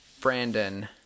Brandon